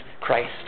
Christ